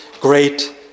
great